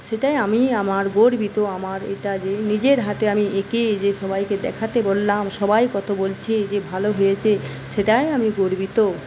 সেটায় আমি আমার গর্বিত আমার এটা যে নিজের হাতে আমি এঁকে এই যে সবাইকে দেখাতে বললাম সবাই কত বলছে যে ভালো হয়েছে সেটায় আমি গর্বিত